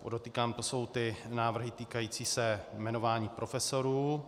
Podotýkám, to jsou ty návrhy týkající se jmenování profesorů.